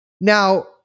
Now –